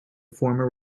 former